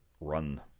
run